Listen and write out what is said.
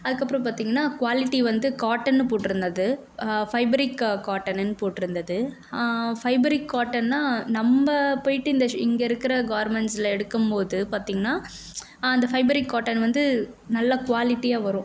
அதுக்கப்புறம் பார்த்தீங்கன்னா குவாலிட்டி வந்து காட்டன்னு போட்டிருந்தது ஃபைபரிக் காட்டனுன்னு போட்டிருந்தது ஃபைபரிக் காட்டன்னால் நம்ம போய்விட்டு இந்த ஷி இங்கே இருக்கிற கார்மெண்ட்ஸில் எடுக்கும்போது பார்த்தீங்கன்னா அந்த ஃபைபரிக் காட்டன் வந்து நல்லா குவாலிட்டியாக வரும்